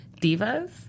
Divas